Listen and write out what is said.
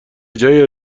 جای